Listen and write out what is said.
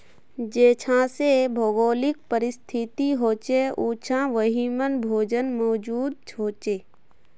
जेछां जे भौगोलिक परिस्तिथि होछे उछां वहिमन भोजन मौजूद होचे